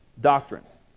doctrines